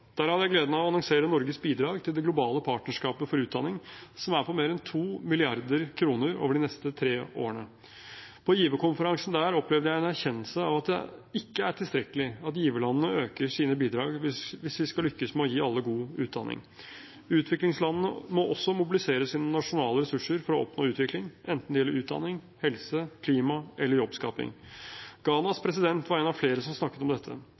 Der hadde jeg gleden av å annonsere Norges bidrag til Det globale partnerskapet for utdanning, som er på mer enn 2 mrd. kr over de neste tre årene. På giverkonferansen der opplevde jeg en erkjennelse av at det ikke er tilstrekkelig at giverlandene øker sine bidrag hvis vi skal lykkes med å gi alle god utdanning. Utviklingslandene må også mobilisere sine nasjonale ressurser for å oppnå utvikling – enten det gjelder utdanning, helse, klima eller jobbskaping. Ghanas president var en av flere som snakket om dette.